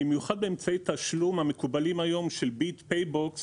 במיוחד באמצעי תשלום המקובלים היום של ביפ פייבוקס